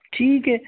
ठीक है